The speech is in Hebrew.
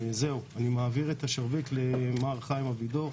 אני מעביר את השרביט למר חיים אבידור,